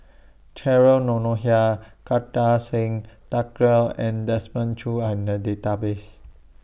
Cheryl Noronha Kartar Singh Thakral and Desmond Choo Are in The Database